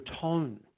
tone